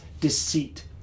deceit